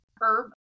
herb